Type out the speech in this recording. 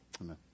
Amen